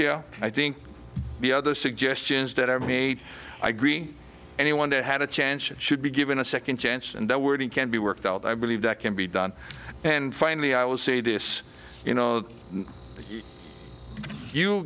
chia i think the other suggestions that are made i agree anyone that had a chance should be given a second chance and that wording can be worked out i believe that can be done and finally i will say this you know you